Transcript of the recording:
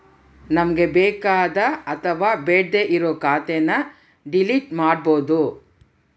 ನಮ್ಗೆ ಬೇಕಾದ ಅಥವಾ ಬೇಡ್ಡೆ ಇರೋ ಖಾತೆನ ಡಿಲೀಟ್ ಮಾಡ್ಬೋದು